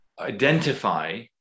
identify